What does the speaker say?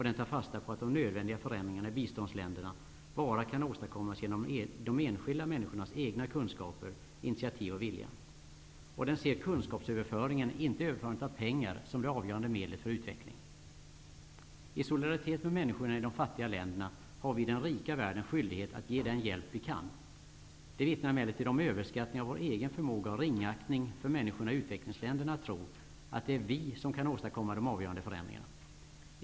Den tar fasta på att de nödvändiga förändringarna i biståndsländerna kan åstadkommas bara genom de enskilda människornas egna kunskaper, initiativ och vilja. Och den ser kunskapsöverföringen, inte överförandet av pengar, som det avgörande medlet för utveckling. I solidaritet med människorna i de fattiga länderna har vi i den rika världen skyldighet att ge den hjälp vi kan ge. Det vittnar emellertid om överskattning av vår egen förmåga och ringaktning av människorna i utvecklingsländerna att tro att det är vi som kan åstadkomma de avgörande förändringarna.